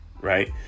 right